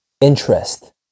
interest